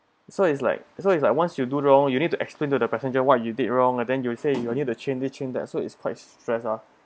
so it's like as long as like once you do wrong you need to explain to the passenger what you did wrong and then you say you need a to change this change that so It's quite stressed lah